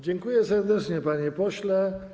Dziękuję serdecznie, panie pośle.